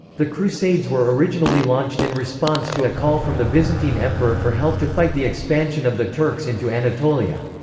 the crusades were originally launched in response to a call from the byzantine emperor for help to fight the expansion of the turks into anatolia.